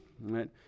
right